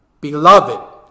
beloved